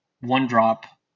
one-drop